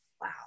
Wow